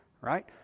Right